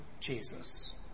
Jesus